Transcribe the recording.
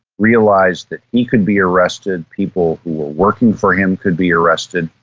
realised that he could be arrested, people who were working for him could be arrested,